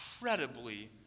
incredibly